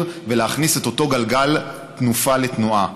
ולהכניס את אותו גלגל תנופה לתנועה.